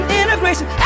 integration